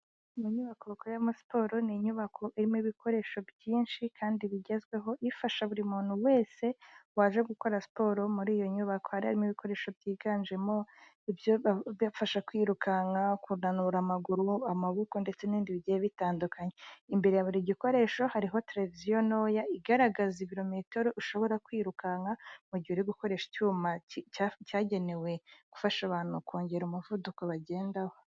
Mu nyubako bakoreramo siporo, ni inyubako irimo ibikoresho byinshi kandi bigezweho, ifasha buri muntu wese waje gukora siporo; muri iyo nyubako hari harimo ibikoresho byiganjemo ibyo gufasha kwirukanka, kunanura amaguru amaboko ndetse n'ibindi bigiye bitandukanye. Imbere ya buri gikoresho hariho televiziyo ntoya igaragaza ibirometero, ushobora kwirukanka, mu gihe uri gukoresha icyuma cyo cyagenewe gufasha abantu kongera umuvuduko bagendaho.